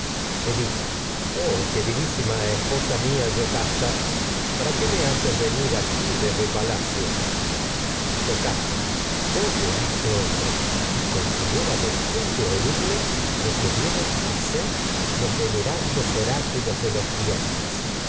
aquél edipo oh queridísima esposa mía yocasta para qué me haces venir aquí desde palacio yocasta oye a este hombre y considera después de oírle lo que vienen a ser los venerados oráculos de los dioses